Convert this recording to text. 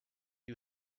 you